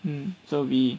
um so we